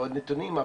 ועוד נתונים,